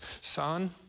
son